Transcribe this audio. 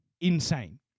insane